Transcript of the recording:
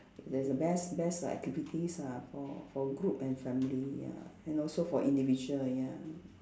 that's the best best lah activities ah for for group and family ya and also for individual ya